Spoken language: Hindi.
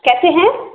कैसे हैं